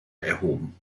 erhoben